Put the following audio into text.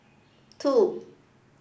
two